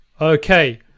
okay